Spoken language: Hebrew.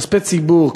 כספי ציבור,